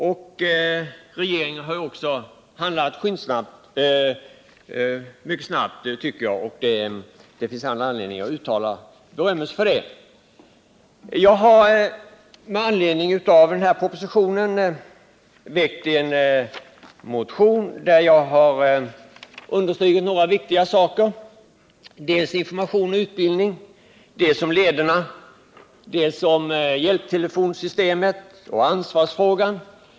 Även regeringen har ju handlat skyndsamt, och det finns all anledning att berömma den för det. Jag har med anledning av den här propositionen väckt en motion, där jag har understrukit några viktiga saker. Det gäller information och utbildning, leder, polisens hjälpmedelstelefonsystem och ansvarsfrågan.